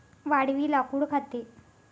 वाळवी लाकूड खाते